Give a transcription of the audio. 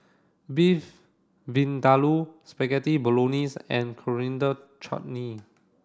Beef Vindaloo Spaghetti Bolognese and Coriander Chutney